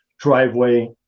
driveway